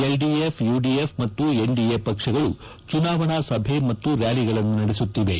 LDF UDF ಮತ್ತು NDA ಪಕ್ಷಗಳು ಜುನಾವಣಾ ಸಭೆ ಮತ್ತು ರ್ಕಾಲಿಗಳನ್ನು ನಡೆಸುತ್ತಿವೆ